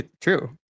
True